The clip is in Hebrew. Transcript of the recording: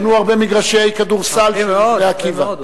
בנו הרבה מגרשי כדורסל של "בני עקיבא".